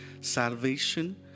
salvation